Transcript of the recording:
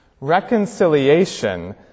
Reconciliation